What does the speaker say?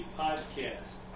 podcast